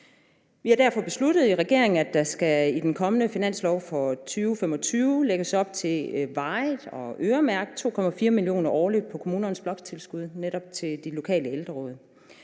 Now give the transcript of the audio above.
Vi har derfor besluttet i regeringen, at der i den kommende finanslov for 2025 skal lægges op til varigt at øremærke 2,4 mio. kr. årligt på kommunernes bloktilskud netop til de lokale ældreråd.